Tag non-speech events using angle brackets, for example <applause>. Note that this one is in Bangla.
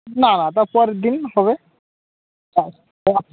না তার পরের দিন হবে <unintelligible>